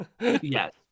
yes